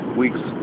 week's